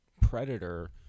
predator